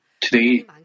today